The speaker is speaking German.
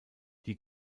die